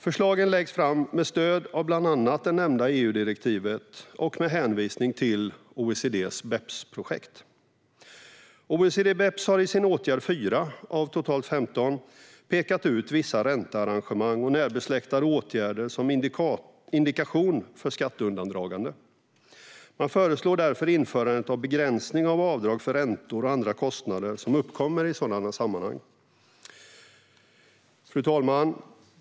Förslagen läggs fram med stöd av bland annat det nämnda EU-direktivet och med hänvisning till OECD:s BEPS-projekt. OECD-BEPS har i sin åtgärd 4, av totalt 15, pekat ut vissa räntearrangemang och närbesläktade åtgärder som indikation för skatteundandragande. Man föreslår därför införandet av begränsning av avdrag för räntor och andra kostnader som uppkommer i sådana sammanhang. Fru talman!